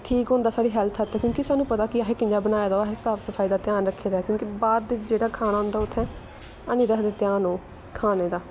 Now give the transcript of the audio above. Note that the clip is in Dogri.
ठीक होंदा साढ़ी हैल्थ आस्तै क्योंकि सानूं पता कि असें कियां बनाए दा असें साफ सफाई दा ध्यान रक्खे दा ऐ क्योंकि बाह्र दा जेह्ड़ा खाना होंदा उत्थै हैनी रखदे ध्यान ओह् खाने दा